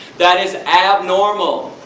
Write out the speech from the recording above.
that is abnormal.